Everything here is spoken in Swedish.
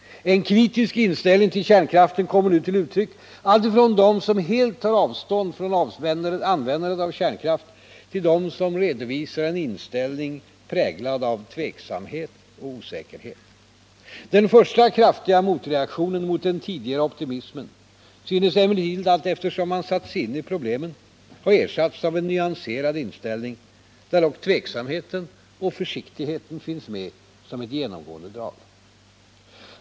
En kritisk inställning till kärnkraften kommer nu till uttryck alltifrån dem som helt tar avstånd från användandet av kärnkraft till dem som redovisar en inställning präglad av tveksamhet och osäkerhet. Den första kraftiga motreaktionen mot den tidigare optimismen synes emellertid allt eftersom man satt sig in i problemen ha ersatts av en nyanserad inställning, där dock tveksamheten och försiktigheten alltjämt finns med som ett genomgående drag.